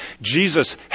Jesus